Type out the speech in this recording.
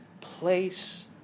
place